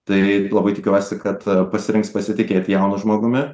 tai labai tikiuosi kad pasirinks pasitikėti jaunu žmogumi